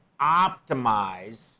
optimize